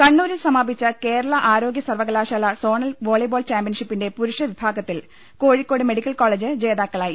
കണ്ണൂരിൽ സമാപിച്ച കേരള ആരോഗ്യ സർവ്വകലാശാല സോണൽ വോളിബോൾ ചാമ്പ്യൻഷിപ്പിന്റെ പുരുഷവിഭാഗത്തിൽ കോഴിക്കോട് മെഡിക്കൽ കോളേജ് ജേതാക്കളായി